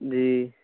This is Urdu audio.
جی